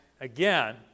again